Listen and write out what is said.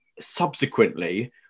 subsequently